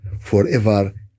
forever